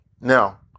Now